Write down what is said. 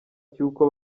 cy’uko